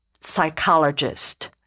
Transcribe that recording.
psychologist